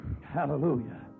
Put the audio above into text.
Hallelujah